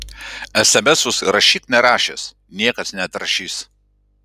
esemesus rašyk nerašęs niekas neatrašys